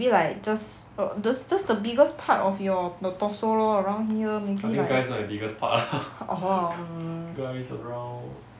maybe like just uh just just the biggest part of your your torso lor around here maybe like orh hor